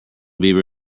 bieber